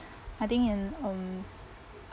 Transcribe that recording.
I think in um